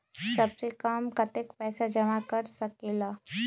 सबसे कम कतेक पैसा जमा कर सकेल?